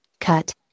Cut